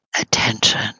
attention